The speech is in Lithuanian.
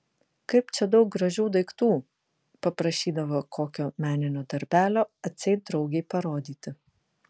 kaip čia daug gražių daiktų paprašydavo kokio meninio darbelio atseit draugei parodyti